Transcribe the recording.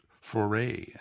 foray